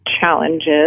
challenges